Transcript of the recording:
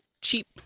cheap